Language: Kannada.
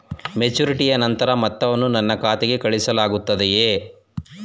ಮೆಚುರಿಟಿಯ ನಂತರ ಮೊತ್ತವನ್ನು ನನ್ನ ಖಾತೆಗೆ ಕಳುಹಿಸಲಾಗುತ್ತದೆಯೇ?